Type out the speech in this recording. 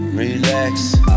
Relax